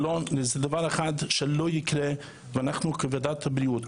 זה דבר אחד שלא יקרה ואנחנו כוועדת הבריאות,